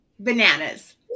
Bananas